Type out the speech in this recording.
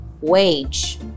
wage